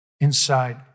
inside